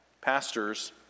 Pastors